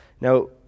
Now